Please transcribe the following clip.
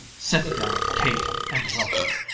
sit down, kate, and welcome.